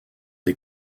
des